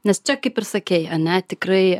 nes čia kaip ir sakei ana tikrai